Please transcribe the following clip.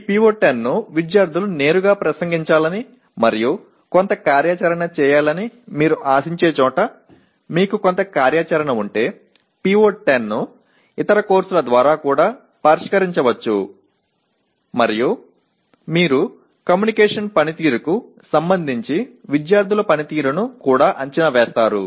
ఈ PO10 ని విద్యార్థులు నేరుగా ప్రసంగించాలని మరియు కొంత కార్యాచరణ చేయాలని మీరు ఆశించే చోట మీకు కొంత కార్యాచరణ ఉంటే PO10 ను ఇతర కోర్సుల ద్వారా కూడా పరిష్కరించవచ్చు మరియు మీరు కమ్యూనికేషన్ పనితీరుకు సంబంధించి విద్యార్థుల పనితీరును కూడా అంచనా వేస్తారు